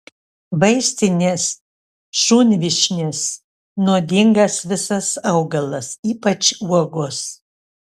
vaistinės šunvyšnės nuodingas visas augalas ypač uogos